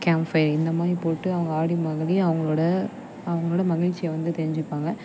camp firing இந்த மாரி போட்டு அவங்க ஆடி மகிழ அவங்களோட அவங்களோட மகிழ்ச்சியை வந்து தெரிஞ்சுப்பாங்க